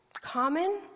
common